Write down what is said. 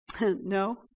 No